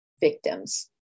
victims